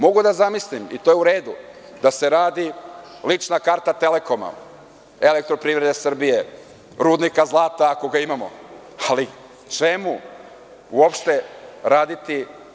Mogu da zamislim i to je u redu da se radi lična karta „Telekoma“, EPS, rudnika zlata, ako ga imamo, ali čemu uopšte raditi?